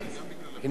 מבחינה כלכלית,